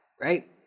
right